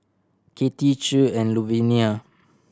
Katia Che and Louvenia